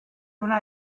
wna